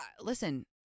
Listen